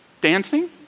Dancing